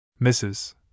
Mrs